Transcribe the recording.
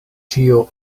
ĉio